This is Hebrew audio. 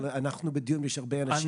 כלומר, אין רק עיר ושמורת טבע או גן לאומי.